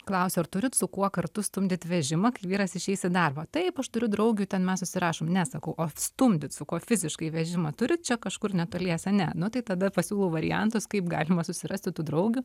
klausiu ar turit su kuo kartu stumdyt vežimą kai vyras išeis į darbą taip aš turiu draugių ten mes susirašom ne sakau o stumdyt su kuo fiziškai vežimą turit čia kažkur netoliese ne nu tai tada pasiūlau variantus kaip galima susirasti tų draugių